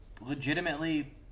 legitimately